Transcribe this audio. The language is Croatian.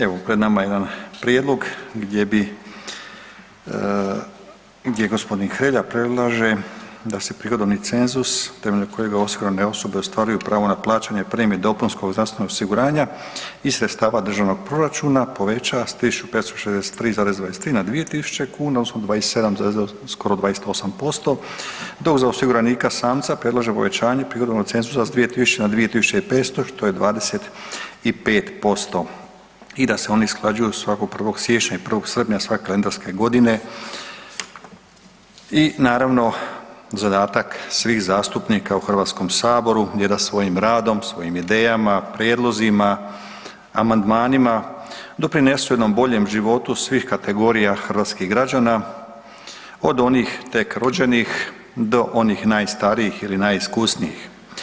Evo pred nama je jedan prijedlog gdje bi, gdje gospodin Hrelja predlaže da se prihodovni cenzus temeljem kojeg osigurane osobe ostvaruju pravo na plaćanje premije dopunskog zdravstvenog osiguranja iz sredstava Državnog proračuna poveća s 1.563,23 na 2.000 kuna, odnosno 27, skoro 28%, dok za osiguranika samca predlaže povećanje prihodovnog cenzusa s 2 tisuća ne 2.500 što je 25% i da se oni usklađuju svakog 1. siječnja i 1. srpnja svake kalendarske godine i naravno zadatak svih zastupnika u Hrvatskom saboru je da svojim radom, svojim idejama, prijedlozima, amandmanima, doprinesu jednom boljem života svih kategorija hrvatskih građana od onih tek rođenih do onih najstarijih ili najiskusnijih.